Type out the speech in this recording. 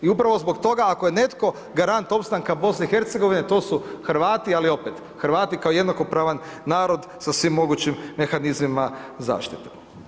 I upravo zbog toga ako je netko garant opstanka BIH, to su Hrvati, ali opet Hrvati kao jednakopravan narod sa svim mogućim mehanizmima zaštite.